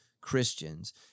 Christians